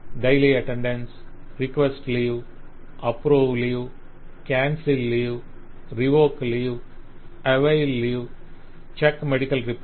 daily attendance request leave approve leave cancel leave revoke leave avail leave check medical report